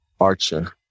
archer